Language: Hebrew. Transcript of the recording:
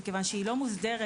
מכיוון שהיא לא מוסדרת